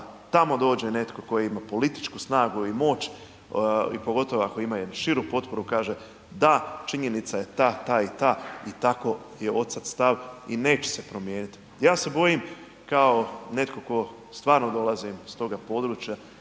tamo dođe netko tko ima političku snagu i moć i pogotovo ako ima jednu širu potporu kaže da činjenica je ta, ta i ta i tako je odsad stav i neće se promijenit. Ja se bojim kao netko tko stvarno dolazim s toga područja,